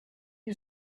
you